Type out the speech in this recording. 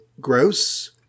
gross